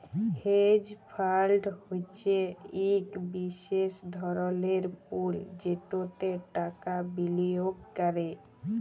hedge fund হছে ইক বিশেষ ধরলের পুল যেটতে টাকা বিলিয়গ ক্যরে